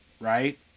Right